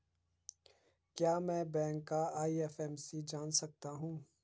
क्या मैं बैंक का आई.एफ.एम.सी जान सकता हूँ?